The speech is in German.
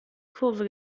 kurve